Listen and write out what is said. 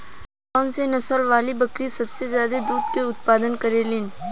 कौन से नसल वाली बकरी सबसे ज्यादा दूध क उतपादन करेली?